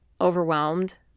overwhelmed